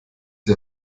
die